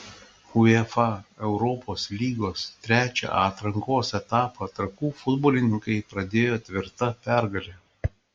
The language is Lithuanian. uefa europos lygos trečią atrankos etapą trakų futbolininkai pradėjo tvirta pergale